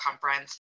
Conference